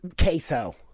queso